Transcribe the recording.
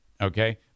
okay